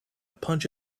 punch